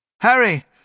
Harry